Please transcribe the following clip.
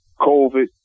COVID